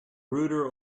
router